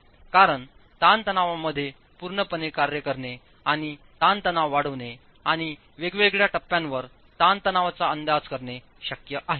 कारण ताणतणावांमध्ये पूर्णपणे कार्य करणे आणि ताणतणाव वाढविणे आणि वेगवेगळ्या टप्प्यांवर ताणतणावांचा अंदाज करणे शक्य आहे